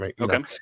okay